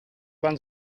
ben